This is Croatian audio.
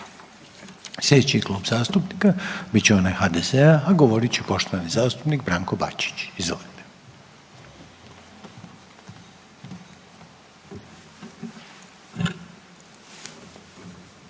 Slijedeći Klub zastupnika bit će onaj HDZ-a, a govorit će poštovani zastupnik Branko Bačić. Izvolite.